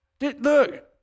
Look